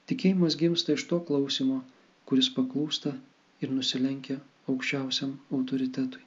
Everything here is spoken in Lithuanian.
tikėjimas gimsta iš to klausymo kuris paklūsta ir nusilenkia aukščiausiam autoritetui